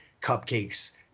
cupcakes